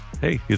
hey